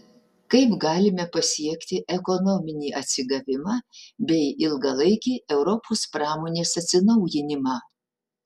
kaip galime pasiekti ekonominį atsigavimą bei ilgalaikį europos pramonės atsinaujinimą